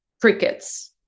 Crickets